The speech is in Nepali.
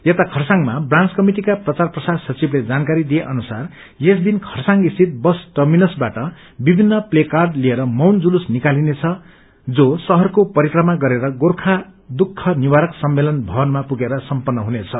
यता खरसाङमा ब्रांच कमिटिका प्रचार प्रसार सचिवले जानकारी दिए अनुसार यस दिन खरसाङस्थित बस टर्मिनसबाट विभिन्न प्लेकार्ड लिएर मौन जुलूस निकालिने छ शहरको परिक्रमा गरेर गोखा दुःख निवारक सम्मेलन शवनमा पुगेर सम्पन्न हुनेछ